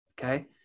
Okay